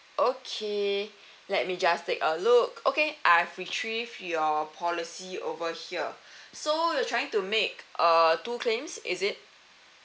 okay let me just take a look okay I've retrieved your policy over here so you're trying to make uh two claims is it